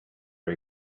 are